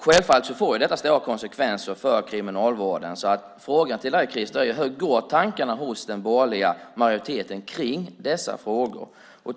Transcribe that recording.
Självfallet får detta stora konsekvenser för kriminalvården. Så frågan till dig Krister är: Hur går tankarna hos den borgerliga majoriteten kring dessa frågor?